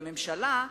בממשלה,